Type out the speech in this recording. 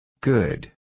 Good